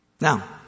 Now